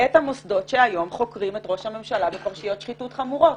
את המוסדות שהיום חוקרים את ראש הממשלה בפרשיות שחיתות חמורות,